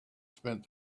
spent